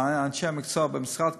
אנשי המקצוע במשרד קבעו,